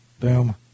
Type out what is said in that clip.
Boom